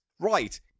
right